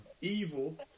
evil